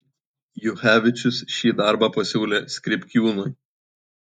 juchevičius šį darbą pasiūlė skripkiūnui